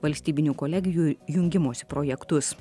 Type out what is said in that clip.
valstybinių kolegijų jungimosi projektus